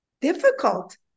difficult